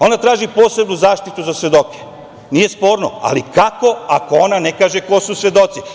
Ona traži posebnu zaštitu za svedoke, nije sporno, ali kako ako ona ne kaže ko su svedoci?